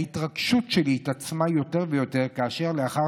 ההתרגשות שלי התעצמה יותר ויותר כאשר לאחר